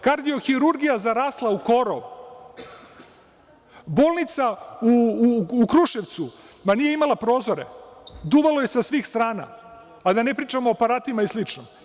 Kardiohirurgija zarasla u korov, bolnica u Kruševcu nije imala prozore, duvalo je sa svih strana, a da ne pričamo o aparatima i slično.